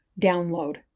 download